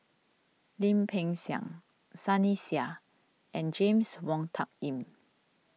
Lim Peng Siang Sunny Sia and James Wong Tuck Yim